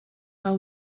how